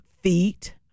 feet